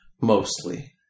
Mostly